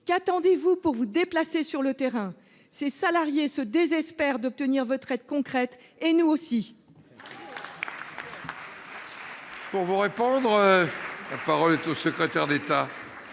Qu'attendez-vous pour vous déplacer sur le terrain ? Les salariés se désespèrent d'obtenir votre aide concrète, et nous aussi